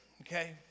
okay